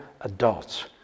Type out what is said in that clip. adults